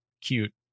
cute